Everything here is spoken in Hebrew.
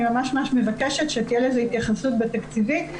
ממש מבקשת שתהיה לזה התייחסות בתקציבים,